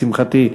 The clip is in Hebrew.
לשמחתי,